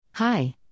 Hi